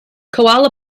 koala